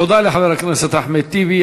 תודה לחבר הכנסת אחמד טיבי.